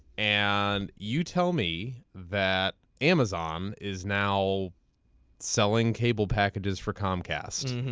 and you tell me that amazon is now selling cable packages for comcast.